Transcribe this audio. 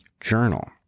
journal